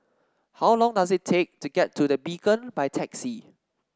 how long does it take to get to The Beacon by taxi